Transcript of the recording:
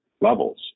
levels